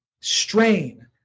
strain